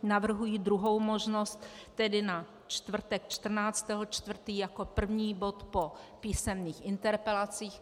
Navrhuji druhou možnost, tedy na čtvrtek 14. 4. jako první bod po písemných interpelacích.